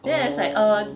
oh